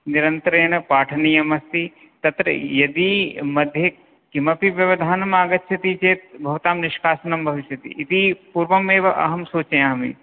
निरन्तरेण पाठनीयम् अस्ति तत्र यदि मध्ये किमपि व्यवधानम् आगच्छति चेत् भवतां निष्कासनं भविष्यति इति पूर्वमेव अहं सूचयामि